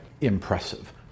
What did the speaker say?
impressive